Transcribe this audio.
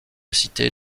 cité